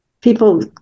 People